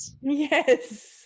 Yes